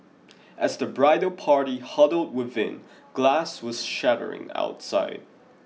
as the bridal party huddled within glass was shattering outside